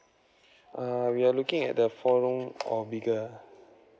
err we are looking at the four room or bigger